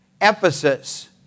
Ephesus